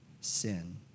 Sin